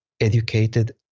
educated